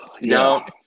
No